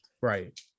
Right